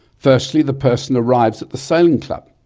firstly the person arrives at the sailing club.